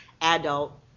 adult